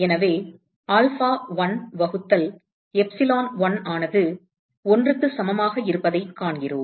எனவே ஆல்ஃபா1 வகுத்தல் எப்சிலோன்1 ஆனது 1க்கு சமமாக இருப்பதைக் காண்கிறோம்